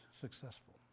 successful